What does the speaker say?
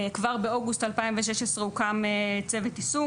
כבר באוגוסט 2016 הוקם צוות יישום